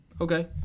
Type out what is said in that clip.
okay